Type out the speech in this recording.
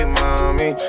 mommy